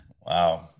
Wow